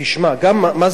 מה זה עובדים?